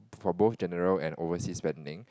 for both general and overseas spending